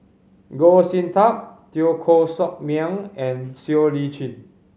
Goh Sin Tub Teo Koh Sock Miang and Siow Lee Chin